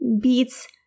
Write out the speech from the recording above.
beats